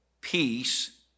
peace